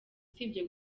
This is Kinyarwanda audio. usibye